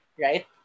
right